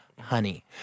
honey